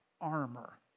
armor